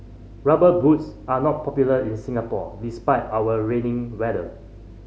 Rubber Boots are not popular in Singapore despite our rainy weather